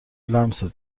لمست